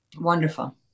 Wonderful